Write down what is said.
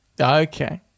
Okay